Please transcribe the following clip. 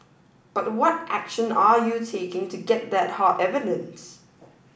but what action are you taking to get that hard evidence